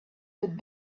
good